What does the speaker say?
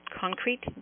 Concrete